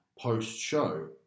post-show